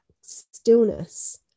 stillness